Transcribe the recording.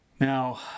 Now